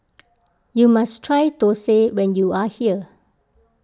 you must try Thosai when you are here